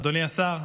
אדוני השר,